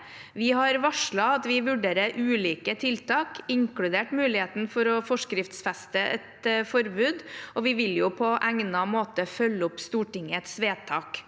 Vi har varslet at vi vurderer ulike tiltak, inkludert muligheten for å forskriftsfeste et forbud, og vi vil på egnet måte følge opp Stortingets vedtak.